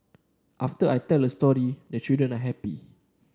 after I tell a story the children are happy